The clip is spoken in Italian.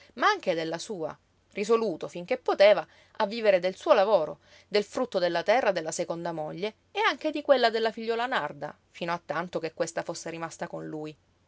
ma anche della sua risoluto finché poteva a vivere del suo lavoro del frutto della terra della seconda moglie e anche di quella della figliuola narda fino a tanto che questa fosse rimasta con lui